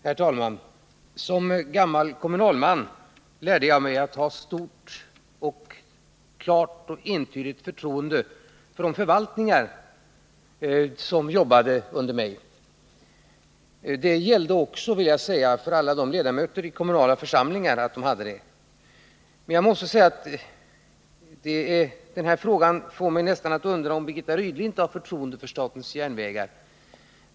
Herr talman! Som kommunalman under många år lärde jag mig att hysa ett stort, klart och entydigt förtroende för de förvaltningar som arbetade under mig. Även alla ledamöter i de kommunala församlingarna hyste ett sådant förtroende för förvaltningarna. Men debatten i den här frågan får mig nästan att undra om Birgitta Rydle inte har förtroende för statens järnvägar.